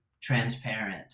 transparent